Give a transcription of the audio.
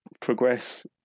progress